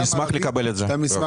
נשמח לקבל את זה לוועדה.